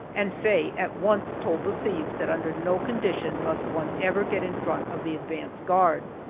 and faye at once told the thieves that under no conditions must one ever get in front of the advance guard.